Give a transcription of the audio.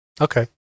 Okay